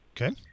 Okay